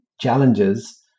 challenges